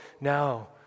now